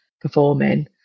performing